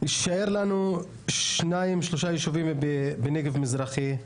יישארו לנו שניים-שלושה יישובים בנגב המזרחי,